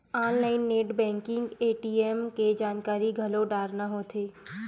online net banking ATM के जानकारी घलो डारना होथे